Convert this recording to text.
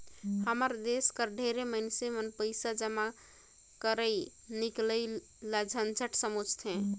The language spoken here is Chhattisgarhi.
हमर देस कर ढेरे मइनसे मन पइसा जमा करई हिंकलई ल झंझट समुझथें